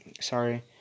sorry